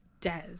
Des